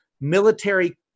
military